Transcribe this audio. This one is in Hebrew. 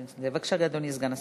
בבקשה, אדוני סגן השר.